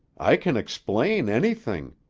i can explain anything.